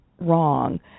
wrong